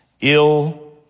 ill